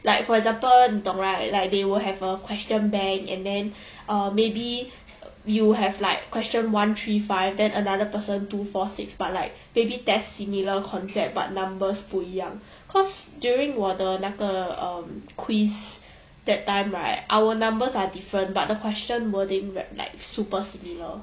like for example 你懂 right like they will have a question bank and then um maybe you have like question one three five then another person two four six but like maybe test similar concept but numbers 不一样 cause during 我的那个 um quiz that time right our numbers are different but the question wording rap like super similar